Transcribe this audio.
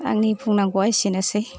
आंनि बुंनांगौवा एसेनोसै